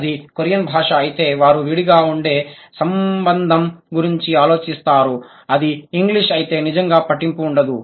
అది కొరియన్ భాష అయితే వారు విడిగా ఉండే సంబంధం గురించి ఆలోచిస్తారు అది ఇంగ్లీష్ అయితే నిజంగా పట్టింపు ఉండదు